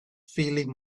feeling